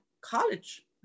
college